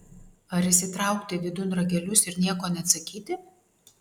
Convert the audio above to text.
ar įsitraukti vidun ragelius ir nieko neatsakyti